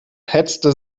hetzte